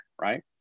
right